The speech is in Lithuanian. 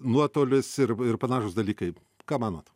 nuotolis ir ir panašūs dalykai ką manot